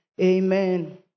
Amen